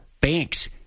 banks